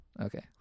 Okay